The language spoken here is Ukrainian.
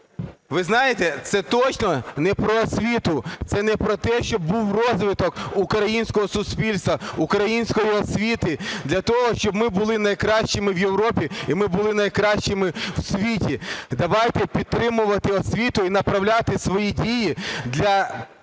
Ви знаєте, це точно не про освіту, це не про те, щоб був розвиток українського суспільства, української освіти для того, щоб ми булим найкращими в Європі і ми були найкращими в світі. Давайте підтримувати освіту і направляти свої дії для